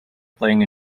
playing